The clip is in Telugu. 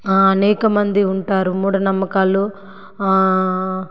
అనేకమంది ఉంటారు మూఢనమ్మకాలు